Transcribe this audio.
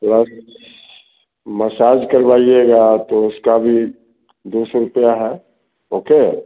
plus massage करवाइएगा तो उसका भी दो सौ रुपयये है ओके